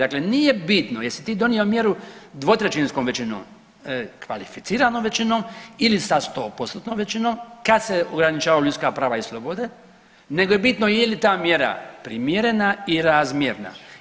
Dakle, nije bitno jesi ti donio mjeru dvotrećinskom većinom, kvalificiranom većinom ili sa 100%-tnom većinom kad se ograničavaju ljudska prava i slobode nego je bitno je li ta mjera primjerena i razmjerna.